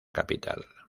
capital